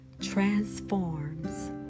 transforms